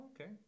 okay